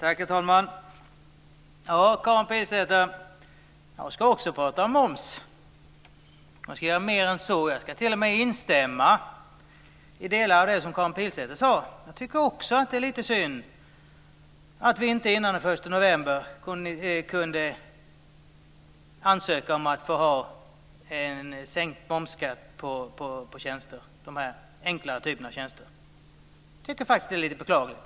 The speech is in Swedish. Herr talman! Karin Pilsäter, jag ska också tala om moms. Jag ska göra mer än så. Jag ska t.o.m. instämma i delar av det som Karin Pilsäter sade. Jag tycker också att det är lite synd att vi inte före den 1 november kunde ansöka om att få sänka momsen på dessa enklare typer av tjänster. Jag tycker faktiskt att det är lite beklagligt.